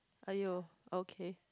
!aiyo! okay